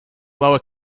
lower